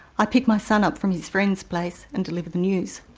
i pick my son up from his friend's place and deliver the news.